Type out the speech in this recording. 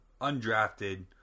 undrafted